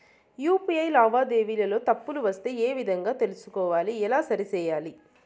UPI లావాదేవీలలో తప్పులు వస్తే ఏ విధంగా తెలుసుకోవాలి? ఎలా సరిసేయాలి?